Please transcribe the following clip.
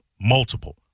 Multiple